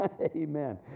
Amen